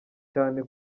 cyane